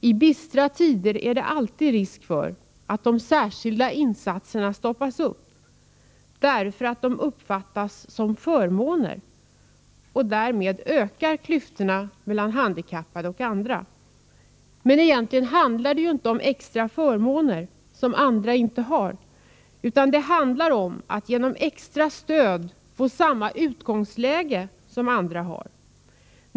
I bistra tider är det alltid risk för att de särskilda insatserna stoppas upp därför att de uppfattas som förmåner. Därmed ökar klyftorna mellan handikappade och andra. Men egentligen handlar det inte om extra förmåner, som andra inte har, utan det handlar om att de handikappade genom extra stöd skall få samma utgångsläge som andra.